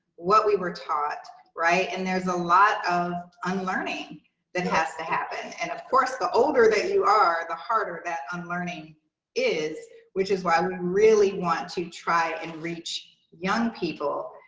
what we were taught. right? and there's a lot of unlearning that has to happen. and of course the older you are, the harder that unlearning is. which is why we really want to try and reach young people,